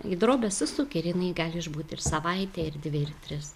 į drobę susuki ir jinai gali išbūti ir savaitę ir dvi ir tris